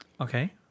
Okay